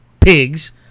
pigs